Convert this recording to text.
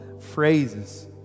phrases